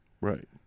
Right